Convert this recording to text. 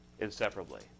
inseparably